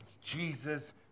Jesus